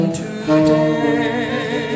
today